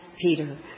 Peter